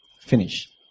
Finish